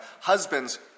Husbands